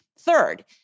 Third